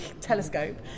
telescope